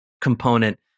component